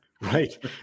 Right